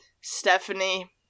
Stephanie